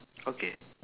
okay